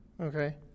Okay